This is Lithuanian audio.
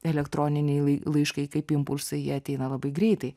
elektroniniai lai laiškai kaip impulsai jie ateina labai greitai